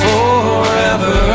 Forever